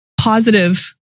Positive